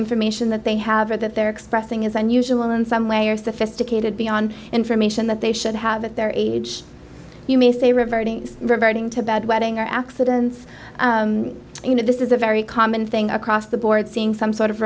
information that they have or that they're expressing is unusual in some way or sophisticated beyond information that they should have at their age you may say reverting regarding to bad wedding or accidents you know this is a very common thing across the board seeing some sort of